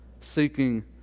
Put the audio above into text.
seeking